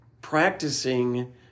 practicing